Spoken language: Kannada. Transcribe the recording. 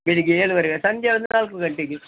ಬೆಳಗ್ಗೆ ಏಳುವರೆಗೆ ಸಂಜೆ ಒಂದು ನಾಲ್ಕು ಗಂಟೆ